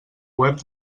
web